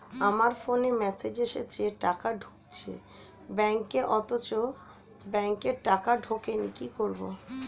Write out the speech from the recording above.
আমার ফোনে মেসেজ এসেছে টাকা ঢুকেছে ব্যাঙ্কে অথচ ব্যাংকে টাকা ঢোকেনি কি করবো?